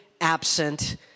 absent